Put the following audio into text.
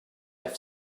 have